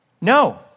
No